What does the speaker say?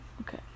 Okay